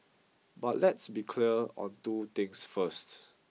but let's be clear on two things first